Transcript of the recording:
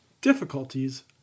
Difficulties